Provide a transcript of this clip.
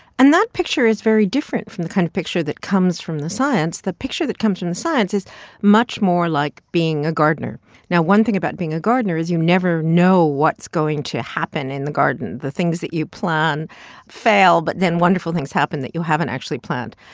and that picture is very different from the kind of picture that comes from the science. the picture that comes from the science is much more like being a gardener now, one thing about being a gardener is you never know what's going to happen in the garden. the things that you plan fail, but then wonderful things happen that you haven't actually planned.